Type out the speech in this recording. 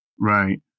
Right